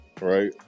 right